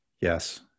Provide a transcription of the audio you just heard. Yes